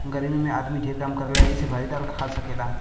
गर्मी मे आदमी ढेर काम करेला यही से भारी दाल खा सकेला